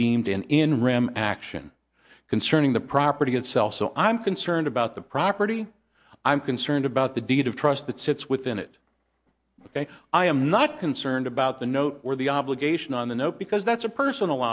deemed in in ram action concerning the property itself so i'm concerned about the property i'm concerned about the deed of trust that sits within it ok i am not concerned about the note or the obligation on the note because that's a personal